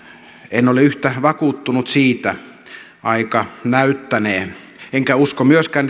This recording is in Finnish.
en ole yhtä vakuuttunut siitä aika näyttänee enkä usko myöskään